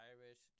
Irish